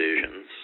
decisions